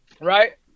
right